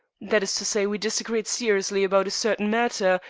that is to say, we disagreed seriously about a certain matter,